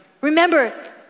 Remember